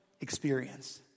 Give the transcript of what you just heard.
experience